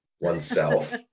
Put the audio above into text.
oneself